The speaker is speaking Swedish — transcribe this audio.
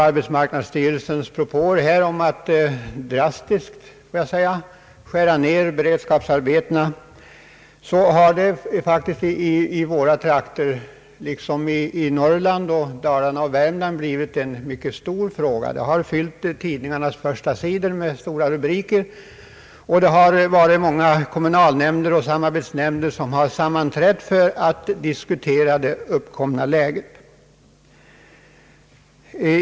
Arbetsmarknadsstyrelsens propåer att — jag måste säga drastiskt — skära ned beredskapsarbetena har i våra trakter liksom i övriga delar av Norrland, Dalarna och Värmland blivit en mycket stor fråga. De har fyllt tidningarnas första sidor med stora rubriker, och många kommunalnämnder och samarbetsnämnder har sammanträtt för att diskutera det uppkomna läget.